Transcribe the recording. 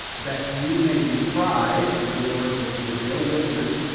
that ye may be tried, in other words that you'll be a witness,